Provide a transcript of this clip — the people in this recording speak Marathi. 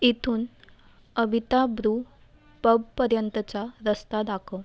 इथून अबिता ब्रू पबपर्यंतचा रस्ता दाखव